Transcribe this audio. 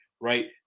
right